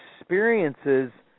experiences